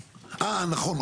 אה, נכון.